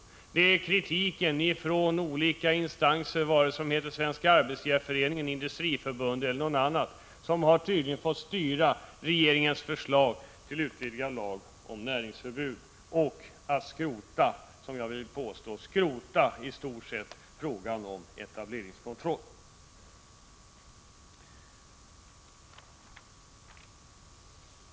Det är tydligen kritiken från olika instanser, vare sig de heter Svenska arbetsgivareföreningen, Industriförbundet eller något annat, som har fått styra regeringens förslag till utvidgad lag om näringsförbud och som fått regeringen att — det vill jag påstå — i stort sett skrota frågan om etableringskontroll.